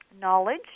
knowledge